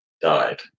died